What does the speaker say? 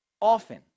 Often